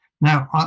Now